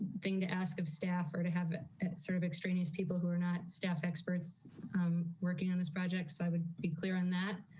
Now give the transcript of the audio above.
thing to ask of staff or to have sort of extraneous people who are not staff experts working on this project. so i would be clear on that.